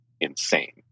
insane